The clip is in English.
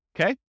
Okay